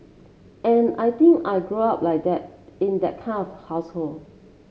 and I think I grew up like that in that kind of household